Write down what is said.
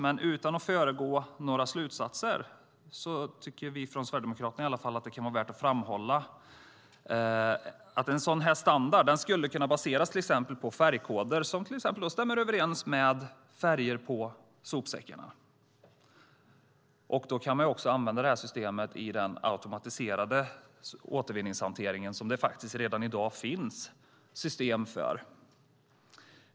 Men utan att föregå några slutsatser tycker vi från Sverigedemokraterna att det kan vara värt att framhålla att en sådan standard skulle kunna baseras på färgkoder som till exempel stämmer överens med färger på sopsäckarna. Då kan man också använda detta system i den automatiserade återvinningshanteringen som det faktiskt redan i dag finns system för.